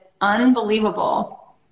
unbelievable